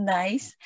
nice